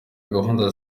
gahunda